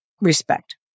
respect